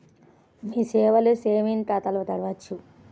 మీ సేవలో సేవింగ్స్ ఖాతాను తెరవవచ్చా?